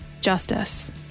justice